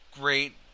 great